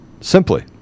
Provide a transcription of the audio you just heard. simply